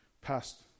passed